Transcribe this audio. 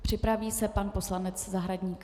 Připraví se pan poslanec Zahradník.